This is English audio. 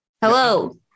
Hello